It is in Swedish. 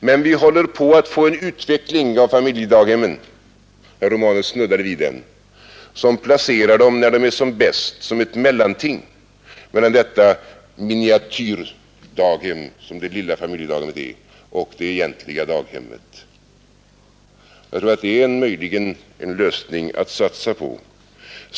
Men vi håller på att få en utveckling av familjedaghemmen — herr Romanus snuddade vid den — som placerar dem, när de är som bäst, som ett mellanting mellan detta miniatyrdaghem som det lilla familjedaghemmet är och det egentliga daghemmet. Jag tror att det möjligen är en lösning att satsa på.